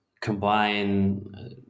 combine